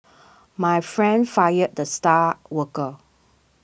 my friend fired the star worker